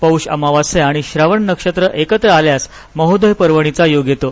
पौष अमावास्या आणि श्रवण नक्षत्र एकत्र आल्यास महोदय पर्वणीचा योग येतो